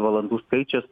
valandų skaičius